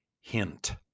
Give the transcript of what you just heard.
hint